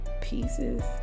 pieces